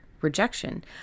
Rejection